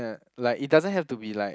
like it doesn't have to be like